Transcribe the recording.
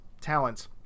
talents